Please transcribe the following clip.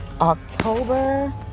october